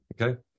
Okay